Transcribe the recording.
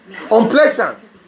unpleasant